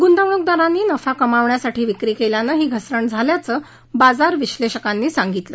गुंतवणूकदारांनी नफा कमावण्यासाठी विक्री केल्यानं ही घसरण झाल्याचं बाजार विश्लेषकांनी सांगितलं